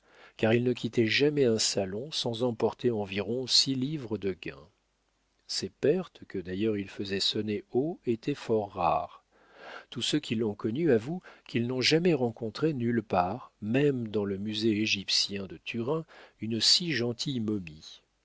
car il ne quittait jamais un salon sans emporter environ six livres de gain ses pertes que d'ailleurs il faisait sonner haut étaient fort rares tous ceux qui l'ont connu avouent qu'ils n'ont jamais rencontré nulle part même dans le musée égyptien de turin une si gentille